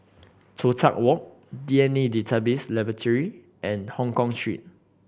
Toh Tuck Walk D N A Database Laboratory and Hongkong Street